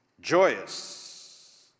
joyous –